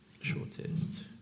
Shortest